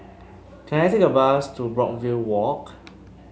can I take a bus to Brookvale Walk